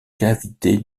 cavités